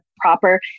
proper